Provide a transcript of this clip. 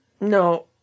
No